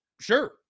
Sure